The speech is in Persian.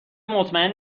مطمئن